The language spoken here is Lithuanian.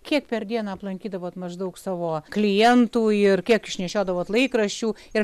kiek per dieną aplankydavot maždaug savo klientų ir kiek išnešiodavot laikraščių ir